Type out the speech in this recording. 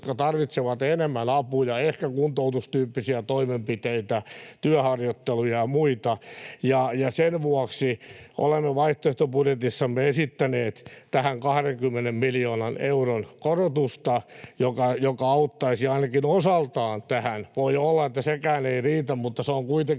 jotka tarvitsevat enemmän apuja, ehkä kuntoutustyyppisiä toimenpiteitä, työharjoitteluja ja muita. Ja sen vuoksi olemme vaihtoehtobudjetissamme esittäneet tähän 20 miljoonan euron korotusta, joka auttaisi ainakin osaltaan tähän — voi olla, että sekään ei riitä, mutta se on kuitenkin